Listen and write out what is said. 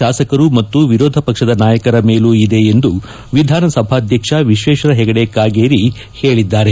ಶಾಸಕರು ಮತ್ತು ವಿರೋಧ ಪಕ್ಷದ ನಾಯಕರ ಮೇಲೂ ಇದೆ ಎಂದು ವಿಧಾನಸಭಾಧ್ಯಕ್ಷ ವಿಶ್ವೇಶ್ವರ ಹೆಗಡೆ ಕಾಗೇರಿ ಹೇಳಿದ್ದಾರೆ